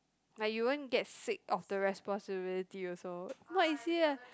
like you won't get sick of the responsibility also not easy eh